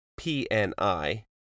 PNI